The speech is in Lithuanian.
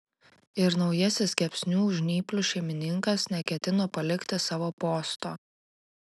ir naujasis kepsnių žnyplių šeimininkas neketino palikti savo posto